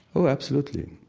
oh, absolutely.